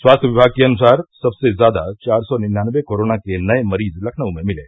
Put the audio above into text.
स्वास्थ्य विभाग के अनुसार सबसे ज्यादा चार सौ निन्यानवे कोरोना के नये मरीज लखनऊ में मिले